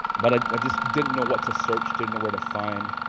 but i just didn't know what to search, didn't know where to find,